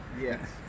Yes